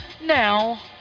now